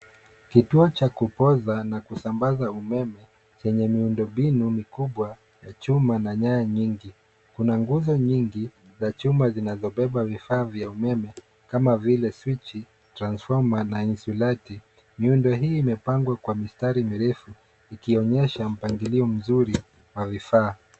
Kituo cha kupoza na kusambaza umeme chenye miundombinu mikubwa ya chuma na nyaya nyingi. Kuna nguzo nyingi za chuma zinazobeba vifaa vya umeme kama vile swichi, transfoma na insulati. Miundo hii imepangwa kwa mistari mirefu ikionyesha mpangilio mzuri wa vifaa.